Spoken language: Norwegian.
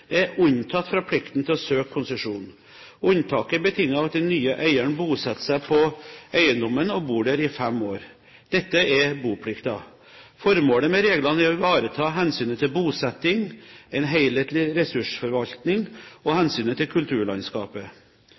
er unntatt fra plikten til å søke konsesjon. Unntaket er betinget av at den nye eieren bosetter seg på eiendommen og bor der i fem år. Dette er boplikten. Formålet med reglene er å ivareta hensynet til bosetting, en helhetlig ressursforvaltning og hensynet til kulturlandskapet.